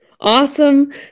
Awesome